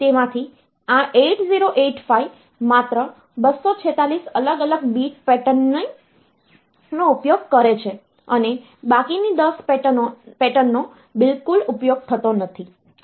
તેમાંથી 8085 માત્ર 246 અલગ અલગ bit પેટર્ન નો ઉપયોગ કરે છે અને બાકીની 10 પેટર્નનો બિલકુલ ઉપયોગ થતો નથી